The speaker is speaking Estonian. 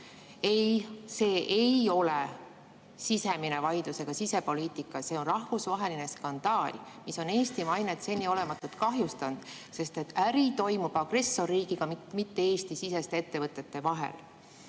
see ei ole sisemine vaidlus ega sisepoliitika. See on rahvusvaheline skandaal, mis on Eesti mainet seniolematult kahjustanud, sest äri toimub agressorriigiga, mitte Eesti-siseste ettevõte vahel.